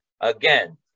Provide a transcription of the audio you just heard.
again